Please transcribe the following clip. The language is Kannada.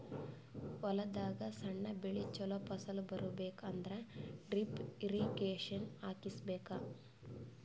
ಹೊಲದಾಗ್ ಸಣ್ಣ ಬೆಳಿ ಚೊಲೋ ಫಸಲ್ ಬರಬೇಕ್ ಅಂದ್ರ ಡ್ರಿಪ್ ಇರ್ರೀಗೇಷನ್ ಹಾಕಿಸ್ಬೇಕ್